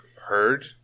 heard